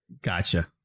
Gotcha